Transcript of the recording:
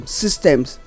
systems